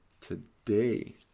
today